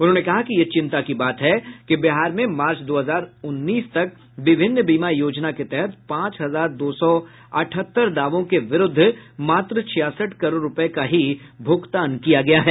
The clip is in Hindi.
उन्होंने कहा कि यह चिंता की बात है कि बिहार में मार्च दो हजार उन्नीस तक विभिन्न बीमा योजना के तहत पांच हजार दो सौ अठहत्तर दावों के विरूद्ध मात्र छियासठ करोड़ रूपये का ही भुगतान किया गया है